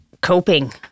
coping